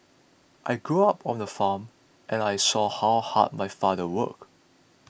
I grew up on a farm and I saw how hard my father worked